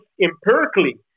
empirically